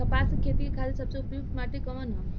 कपास क खेती के खातिर सबसे उपयुक्त माटी कवन ह?